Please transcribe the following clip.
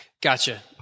Gotcha